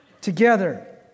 together